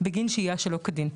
בגין השהייה שלא כדין.